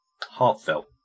heartfelt